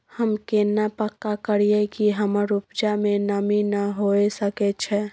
हम केना पक्का करियै कि हमर उपजा में नमी नय होय सके छै?